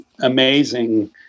amazing